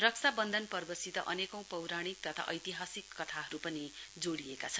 रक्षा बन्धन पर्वसित अनेकौं पौराणिक तथा ऐतिहासिक कथाहरू पनि जोडिएका छन्